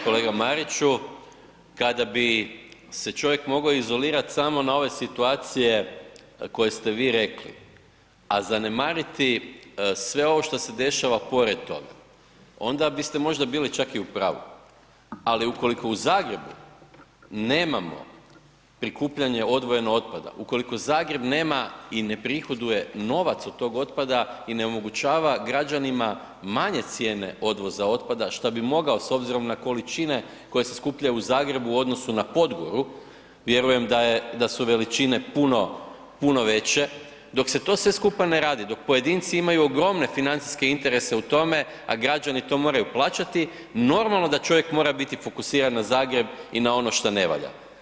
Kolega Mariću, kada bi se čovjek mogao izolirat samo na ove situacije koje ste vi rekli a zanemariti sve ovo što se dešava pored toga onda biste možda bili čak i u pravu ali ukoliko u Zagrebu nemamo prikupljanje odvojenog otpada, ukoliko Zagreb nema i ne prihoduje novac od tog otpada i ne omogućava građanima manje cijene odvoza otpada šta bi mogao s obzirom na količine koje se skupljaju u Zagrebu o odnosu na Podgoru, vjerujem da su veličine puno, puno veće, dok se sve to skupa ne radi, dok pojedinci imaju ogromne financijske interese u tome a građani to moraju plaćati, normalno da čovjek mora biti fokusiran na Zagreb i na on šta ne valja.